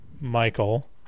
michael